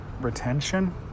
retention